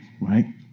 right